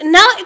Now